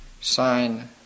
sign